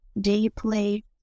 deeply